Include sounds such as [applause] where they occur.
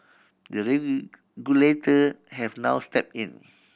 the [unintelligible] have now step in